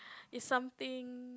is something